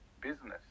business